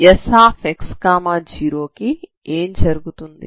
Sx0 కి ఏం జరుగుతుంది